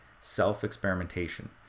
self-experimentation